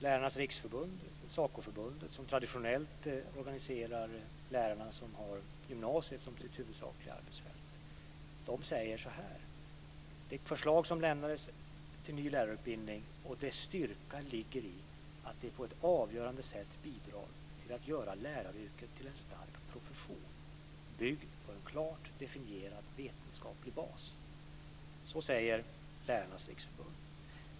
Lärarnas Riksförbund - SA CO-förbundet som traditionellt organiserar lärare som har gymnasiet som sitt huvudsakliga arbetsfält - säger så här: Styrkan i det förslag till ny lärarutbildning som lämnades ligger i att det på ett avgörande sätt bidrar till att göra läraryrket till en stark profession, byggd på en klart definierad vetenskaplig bas. Så säger Lärarnas Riksförbund.